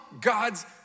God's